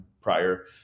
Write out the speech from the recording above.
prior